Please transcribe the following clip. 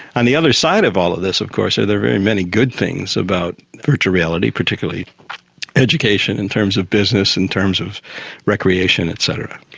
and the other side of all of this of course are the very many good things about virtual reality, particularly education, in terms of business, in terms of recreation et cetera.